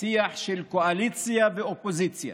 השיח של קואליציה ואופוזיציה